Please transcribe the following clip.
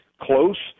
close